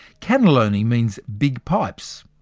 cannelloni means big pipes,